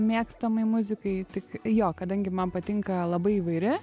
mėgstamai muzikai tik jo kadangi man patinka labai įvairi